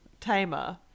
Tamer